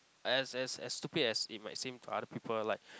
as as as stupid as it might seem to other people like